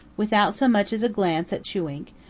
without so much as a glance at chewink,